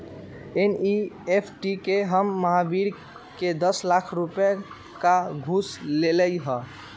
NEFT से हम महावीर के दस लाख रुपए का घुस देलीअई